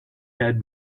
had